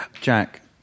Jack